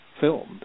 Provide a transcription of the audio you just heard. filmed